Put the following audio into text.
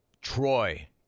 Troy